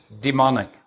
demonic